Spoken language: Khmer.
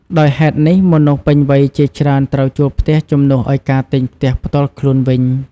ដោយហេតុនេះ មនុស្សពេញវ័យជាច្រើនត្រូវជួលផ្ទះជំនួសឱ្យការទិញផ្ទះផ្ទាល់ខ្លួនវិញ។